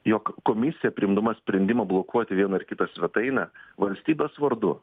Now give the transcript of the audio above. jog komisija priimdama sprendimą blokuoti vieną ar kitą svetainę valstybės vardu